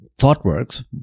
ThoughtWorks